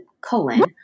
colon